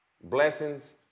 blessings